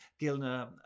Gilner